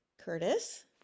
Curtis